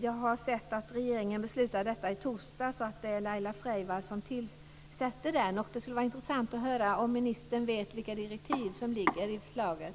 Jag har sett att regeringen beslutade om denna i torsdags och att det är Laila Freivalds som tillsätter den. Det skulle vara intressant att höra om ministern vet vilka direktiv som ligger i förslaget.